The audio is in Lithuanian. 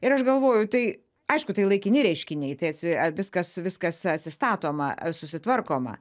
ir aš galvoju tai aišku tai laikini reiškiniai tai atsi viskas viskas atsistatoma susitvarkoma